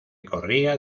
corría